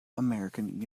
american